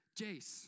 Jace